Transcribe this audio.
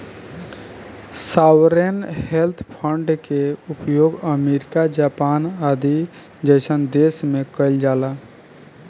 sovereign wealth fund के उपयोग America Japan आदि जईसन देश में कइल जाला